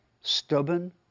stubborn